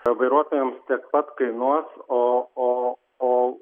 vairuotojams tiek pat kainuos o o